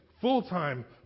full-time